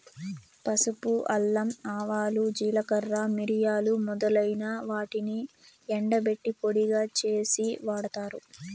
పసుపు, అల్లం, ఆవాలు, జీలకర్ర, మిరియాలు మొదలైన వాటిని ఎండబెట్టి పొడిగా చేసి వాడతారు